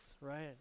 right